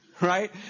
Right